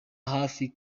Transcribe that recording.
hafi